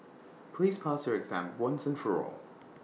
please pass your exam once and for all